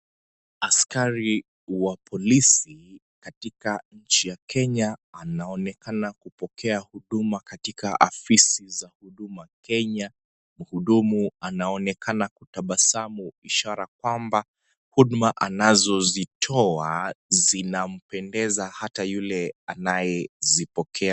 Askari wa polisi, katika nchi ya Kenya, anaonekana kupokea huduma katika afisi za Huduma Kenya. Mhudumu anaoneka kutabasamu ishara kwamba, huduma anazozitoa, zinampendeza hata yule anayezipokea.